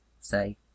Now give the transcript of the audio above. say